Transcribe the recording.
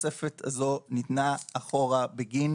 התוספת הזו ניתנה אחורה בגין